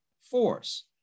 force